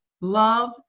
love